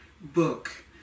book